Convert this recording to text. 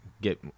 get